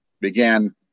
began